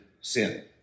sin